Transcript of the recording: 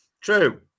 True